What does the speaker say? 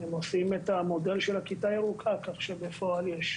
ה-15% הנותרים הם עושים בדיקות שבועיות?